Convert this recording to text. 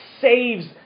saves